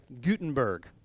Gutenberg